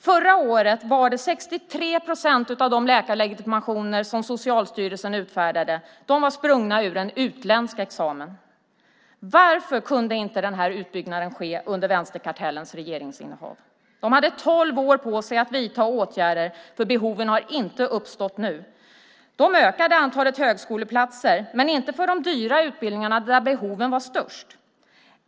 Förra året var det 63 procent av de läkarlegitimationer som Socialstyrelsen utfärdade som var sprungna ur en utländsk examen. Varför kunde inte den här utbyggnaden ske under vänsterkartellens regeringsinnehav? Man hade tolv år på sig att vidta åtgärder, för behoven har inte uppstått nu. Man ökade antalet högskoleplatser, men inte för de dyra utbildningarna där behoven var störst.